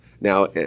Now